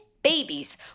babies